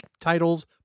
titles